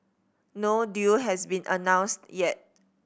no deal has been announced yet